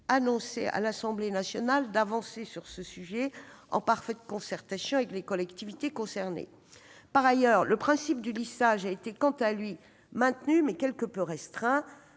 annoncée à l'Assemblée nationale, d'avancer sur ce sujet en parfaite concertation avec les collectivités concernées. Par ailleurs, le principe du lissage des seuils a été, quant à lui, maintenu, mais restreint.